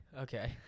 Okay